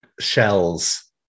Shells